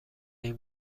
این